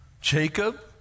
Jacob